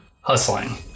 Hustling